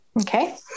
Okay